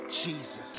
Jesus